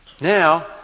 Now